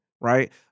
right